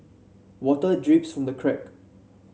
water drips from the crack